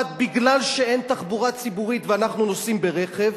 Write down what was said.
כי אין תחבורה ציבורית ואנחנו נוסעים ברכב,